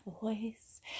voice